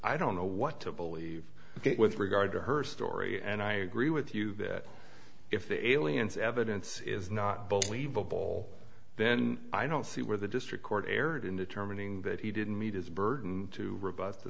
i don't know what to believe with regard to her story and i agree with you that if the aliens evidence is not believe a ball then i don't see where the district court erred in determining that he didn't meet his burden to rebut the